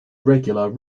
regular